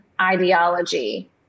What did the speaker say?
ideology